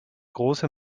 große